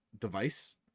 device